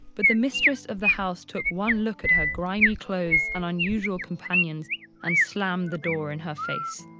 but the mistress of the house took one look at her grimy clothes and unusual companions and slammed the door in her face.